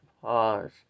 pause